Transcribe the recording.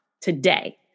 today